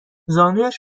زانویش